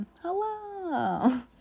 hello